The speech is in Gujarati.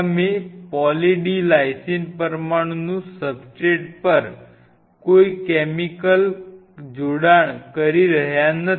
તમે પોલી D લાઈસિન પરમાણુનું સબસ્ટ્રેટ પર કોઈ કેમિકલ જોડાણ કરી રહ્યા નથી